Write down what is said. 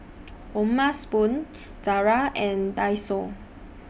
O'ma Spoon Zara and Daiso